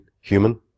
human